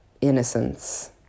innocence